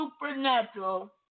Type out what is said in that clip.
supernatural